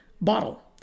bottle